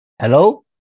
Hello